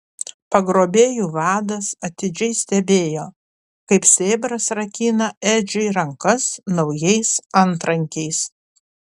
pagrobėjų vadas atidžiai stebėjo kaip sėbras rakina edžiui rankas naujais antrankiais